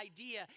idea